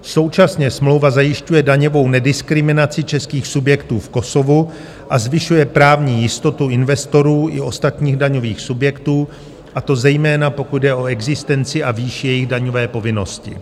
Současně smlouva zajišťuje daňovou nediskriminaci českých subjektů v Kosovu a zvyšuje právní jistotu investorů i ostatních daňových subjektů, a to zejména pokud jde o existenci a výši jejich daňové povinnosti.